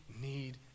need